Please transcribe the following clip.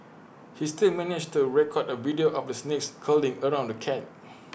he still managed to record A video of the snakes curling around the cat